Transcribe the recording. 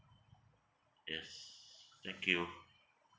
yes thank you